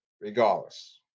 regardless